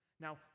Now